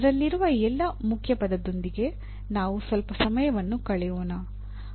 ಅದರಲ್ಲಿರುವ ಎಲ್ಲಾ ಮುಖ್ಯಪದಳೊಂದಿಗೆ ನಾವು ಸ್ವಲ್ಪ ಸಮಯವನ್ನು ಕಳೆಯೋಣ